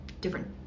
different